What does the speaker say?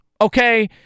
okay